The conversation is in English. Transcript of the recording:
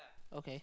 okay